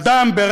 אדם שהיה מוגבל,